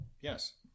Yes